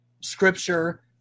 scripture